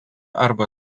arba